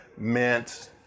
mint